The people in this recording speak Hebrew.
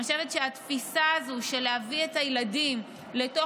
אני חושבת שהתפיסה הזו של להביא את הילדים לתוך